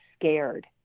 scared